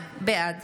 בעד